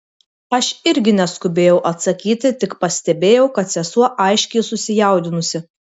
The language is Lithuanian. aš irgi neskubėjau atsakyti tik pastebėjau kad sesuo aiškiai susijaudinusi